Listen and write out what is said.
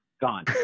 gone